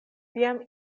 tiam